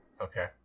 Okay